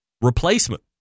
replacement